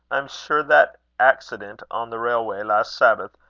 i am sure that accident on the railway last sabbath,